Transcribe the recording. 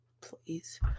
Please